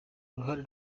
ruhande